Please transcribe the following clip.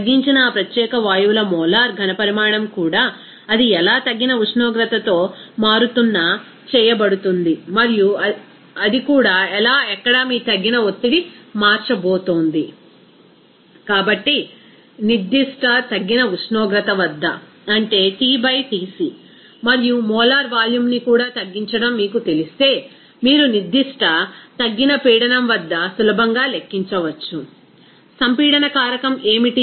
తగ్గించిన ఆప్రత్యేక వాయువుల మోలార్ ఘనపరిమాణం కూడా అది ఎలా తగ్గిన ఉష్ణోగ్రత తో మారుతున్న చేయబడుతుంది మరియు కూడా అది ఎలా అక్కడ మీ తగ్గిన ఒత్తిడి మార్చబోతోంది కాబట్టి నిర్దిష్ట తగ్గిన ఉష్ణోగ్రత వద్ద అంటే T బై Tc మరియు మోలార్ వాల్యూమ్ని కూడా తగ్గించడం మీకు తెలిస్తే మీరు నిర్దిష్ట తగ్గిన పీడనం వద్ద సులభంగా లెక్కించవచ్చు సంపీడన కారకం ఏమిటి